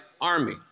army